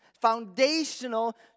Foundational